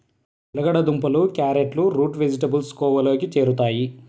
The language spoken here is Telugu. చిలకడ దుంపలు, క్యారెట్లు రూట్ వెజిటేబుల్స్ కోవలోకి చేరుతాయి